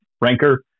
ranker